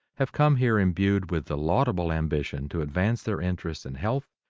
have come here imbued with the laudable ambition to advance their interests in health,